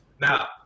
now